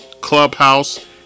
Clubhouse